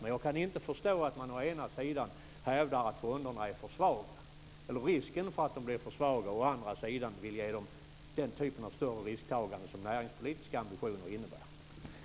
Men jag kan inte förstå att man å ena sidan hävdar att fonderna är för svaga eller riskerar att bli för svaga och å andra sidan vill ge dem den typ av större risktagande som näringspolitiska ambitioner innebär.